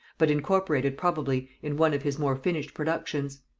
but incorporated probably in one of his more finished productions.